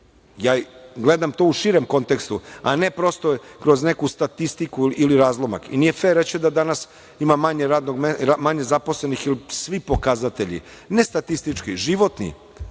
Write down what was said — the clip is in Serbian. gledam to u širem kontekstu, a ne prosto kroz neku statistiku ili razlomak. Nije fer reći da danas ima manje zaposlenih, jer svi pokazatelji, ne statistički, životni,